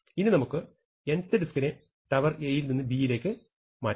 ഇനി നമുക്ക് nth ഡിസ്കിനെ ടവർ A യിൽ നിന്ന് ടവർ B യിലേക്ക് മാറ്റാം